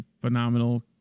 phenomenal